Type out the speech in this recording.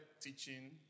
teaching